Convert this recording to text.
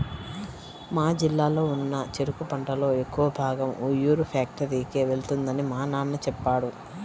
మా జిల్లాలో ఉన్న చెరుకు పంటలో ఎక్కువ భాగం ఉయ్యూరు ఫ్యాక్టరీకే వెళ్తుందని మా నాన్న చెప్పాడు